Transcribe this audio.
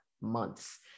months